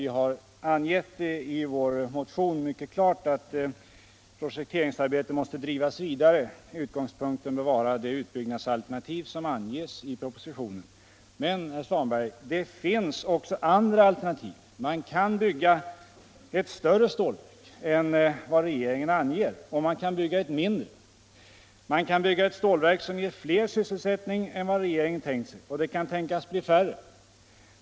Vi har i vår motion mycket klart angett att projekteringsarbetet måste bedrivas vidare och att utgångspunkten bör vara det utbyggnadsalternativ som anges i propositionen. Men, herr Svanberg, det finns också andra alternativ. Man kan bygga ett större stålverk än vad regeringen anger, och man kan bygga ett mindre. Man kan bygga ett stålverk som ger fler sysselsättning än vad regeringen tänkt sig, och det kan också tänkas bli färre.